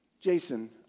Jason